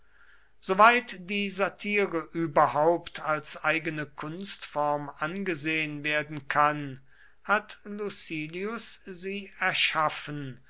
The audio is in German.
soweit die satire überhaupt als eigene kunstform angesehen werden kann hat lucilius sie erschaffen